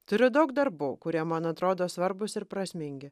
turiu daug darbų kurie man atrodo svarbūs ir prasmingi